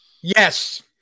Yes